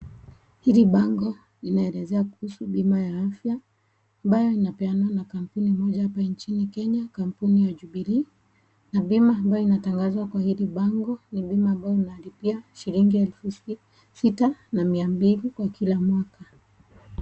Hili bango linaelezea kuhusu bima ya afya ambayo inapeanwa na kampuni moja hapa nichini Kenya kampuni ya Jubilee, na bima ambayo inatangazwa kwa hili bango ni bima ambayo unalipia shilingi elfu sita na mia mbili kwa kila mwaka.